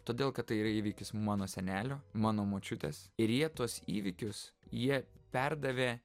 todėl kad tai yra įvykis mano senelio mano močiutės ir jie tuos įvykius jie perdavė